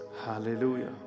Hallelujah